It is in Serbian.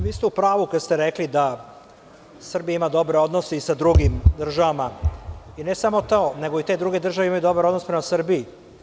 Vi ste u pravu kada ste rekli da Srbija ima dobre odnose i sa drugim državama, i ne samo to, nego i te druge države imaju dobar odnos prema Srbiji.